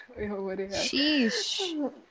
Sheesh